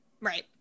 Right